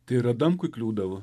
tai ir adamkui kliūdavo